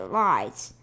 lights